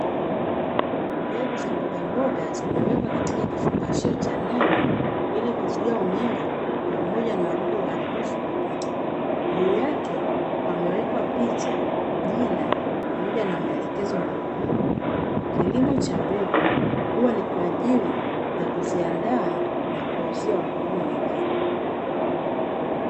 Mbegu za mbogamboga zimewekwa katika kifungashio cha nailoni ili kuzuia unyevu pamoja na wadudu waharibifu kupita. Juu yake pamewekwa picha, jina, pamoja na maelekezo mbalimbali. Kilimo cha mbegu huwa ni kwa ajili ya kuziandaa na kuwauzia wakulima wengine.